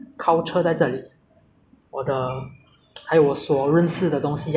ah 什么什么什么鬼之类 loh 全部都要放弃要去搬去一个新的国家住